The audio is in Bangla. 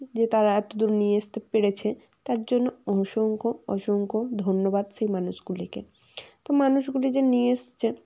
যে তারা এতো দূর নিয়ে আসতে পেরেছে তার জন্য অসংখ্য অসংখ্য ধন্যবাদ সেই মানুষগুলিকে তো সেই মানুষগুলি যে নিয়ে এসছে